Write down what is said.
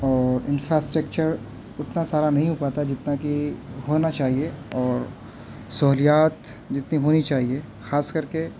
اور انفراسٹیکچر اتنا سارا نہیں ہو پاتا جتنا کہ ہونا چاہیے اور سہولیات جتنی ہونی چاہیے خاص کر کے